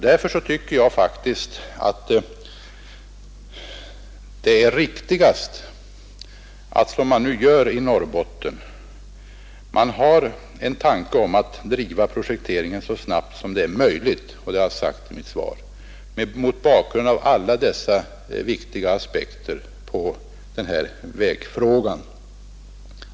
Därför tycker jag faktiskt att det förfaringssätt som man nu tillämpar i Norrbotten är det riktigaste. Man avser alltså att genomföra projekteringen så snabbt som detta — det har jag sagt i mitt svar — är möjligt mot bakgrunden av alla dessa viktiga aspekter på denna vägfråga.